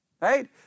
Right